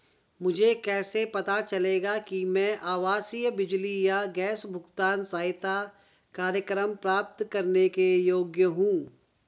मुझे कैसे पता चलेगा कि मैं आवासीय बिजली या गैस भुगतान सहायता कार्यक्रम प्राप्त करने के योग्य हूँ?